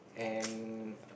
and